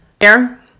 Aaron